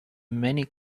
many